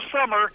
summer